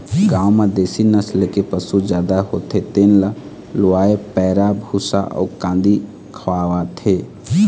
गाँव म देशी नसल के पशु जादा होथे तेन ल लूवय पैरा, भूसा अउ कांदी खवाथे